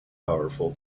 powerful